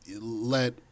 let